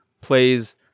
plays